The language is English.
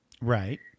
Right